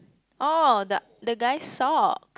orh the the guy sock